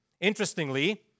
Interestingly